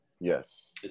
Yes